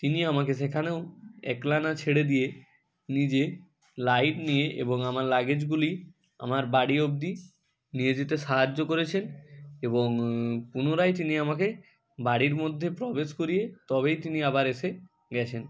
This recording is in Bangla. তিনি আমাকে সেখানেও একলা না ছেড়ে দিয়ে নিজে লাইট নিয়ে এবং আমার লাগেজগুলি আমার বাড়ি অব্দি নিয়ে যেতে সাহায্য করেছেন এবং পুনরায় তিনি আমাকে বাড়ির মধ্যে প্রবেশ করিয়ে তবেই তিনি আবার এসে গেছেন